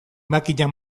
makina